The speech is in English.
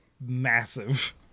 massive